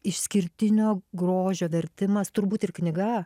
išskirtinio grožio vertimas turbūt ir knyga